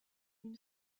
une